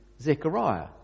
Zechariah